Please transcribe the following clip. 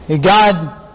God